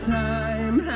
time